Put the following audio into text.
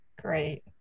Great